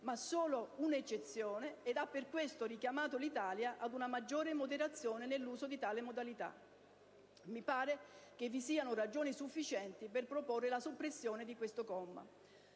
ma solo come un'eccezione, ed ha per questo richiamato l'Italia ad una maggiore moderazione nell'uso di tale modalità. Mi pare che vi siano ragioni sufficienti per proporre la soppressione di questo comma